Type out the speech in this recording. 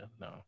no